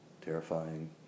terrifying